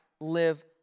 live